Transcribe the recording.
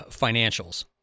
financials